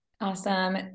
Awesome